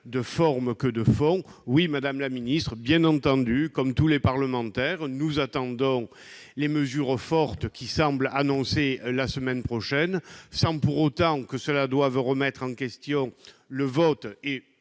de forme que de fond. Oui, madame la ministre, bien entendu, comme tous les parlementaires, nous attendons les mesures fortes qui semblent devoir être annoncées la semaine prochaine. Pour autant, nous ne considérons pas que cela doive remettre en question le vote et,